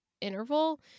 interval